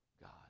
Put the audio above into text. God